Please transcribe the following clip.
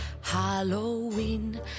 Halloween